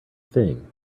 thing